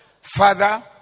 Father